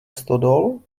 stodol